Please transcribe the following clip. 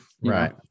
Right